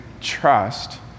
trust